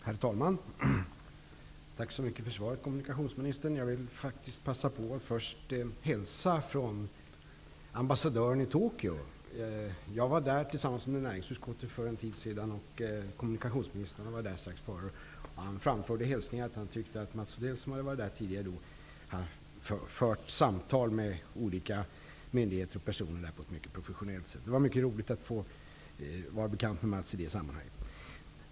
Herr talman! Tack så mycket för svaret, kommunikationsministern. Jag vill faktiskt först passa på att hälsa från ambassadören i Tokyo. Jag var där tillsammans med näringsutskottet för en tid sedan, och kommunikationsministern hade varit där strax innan. Ambassadören framförde hälsningar, eftersom han tyckte att Mats Odell hade fört samtal med myndighetsföreträdare och andra personer där på ett mycket professionellt sätt. Det var mycket roligt att få höra om Mats Odell på det sättet.